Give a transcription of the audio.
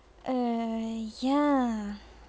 ya